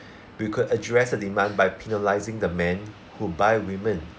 we could address the demand by penalising the man who buy women